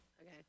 Okay